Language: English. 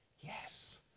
yes